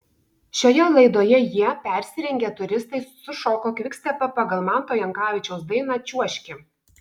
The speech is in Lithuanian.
šioje laidoje jie persirengę turistais sušoko kvikstepą pagal manto jankavičiaus dainą čiuožki